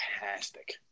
fantastic